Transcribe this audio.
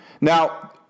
Now